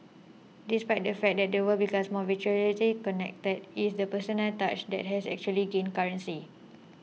despite the fact that the world becomes more virtually connected is the personal touch that has actually gained currency